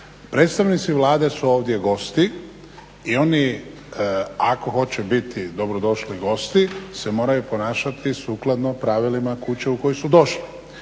Predstavnici Vlade su ovdje gosti i oni ako hoće biti dobro došli gosti se moraju ponašati sukladno pravilima kuće u koju su došli.